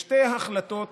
בשתי החלטות